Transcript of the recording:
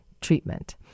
treatment